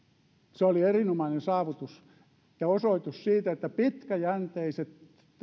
se oli erinomainen saavutus ja osoitus siitä että pitkäjänteiset